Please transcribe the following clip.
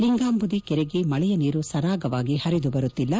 ಲಿಂಗಾಂಬುದಿ ಕೆರೆಗೆ ಮಳೆಯ ನೀರು ಸರಾಗವಾಗಿ ಪರಿದು ಬರುತ್ತಿಲ್ಲ